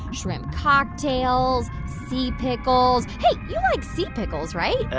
shrimp cocktails, sea pickles. hey, you like sea pickles right?